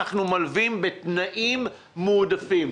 אנחנו מלווים בתנאים מועדפים.